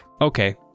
Okay